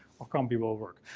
orkambi will work.